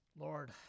Lord